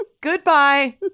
Goodbye